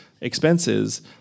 expenses